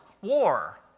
war